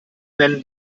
nennen